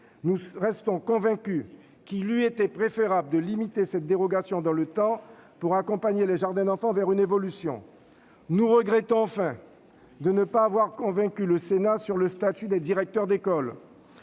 nous restons convaincus qu'il eût été préférable de limiter cette dérogation dans le temps pour accompagner les jardins d'enfants vers une évolution. Nous regrettons enfin de ne pas avoir convaincu le Sénat sur le statut des directeurs d'école.